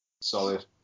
Solid